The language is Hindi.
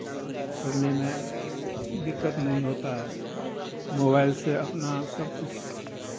करने में दिक्कत नहीं होता है मोबाइल से अपना सब कुछ